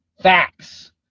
Facts